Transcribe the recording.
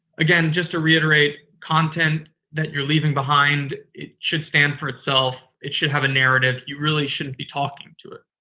again, just to reiterate, content that you're leaving behind, it should stand for itself. it should have a narrative. you really shouldn't be talking to it.